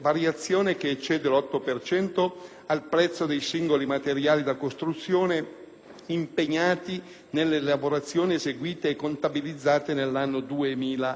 impiegati nelle lavorazioni eseguite e contabilizzate nell'anno 2008. L'articolo 2 reca norme relative ad interventi di sostegno